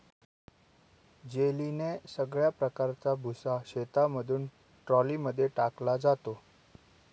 जेलीने सगळ्या प्रकारचा भुसा शेतामधून ट्रॉली मध्ये टाकला जातो